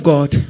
God